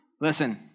Listen